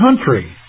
country